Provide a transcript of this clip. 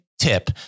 Tip